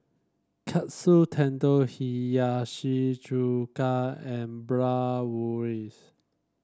Katsu Tendon Hiyashi Chuka and Bratwurst